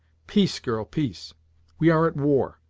peace, girl, peace we are at war,